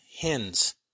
hens